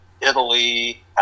Italy